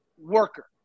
worker